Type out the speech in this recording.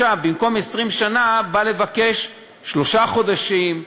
במקום 20 שנה, באה לבקש שלושה חודשים,